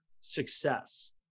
success